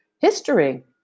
history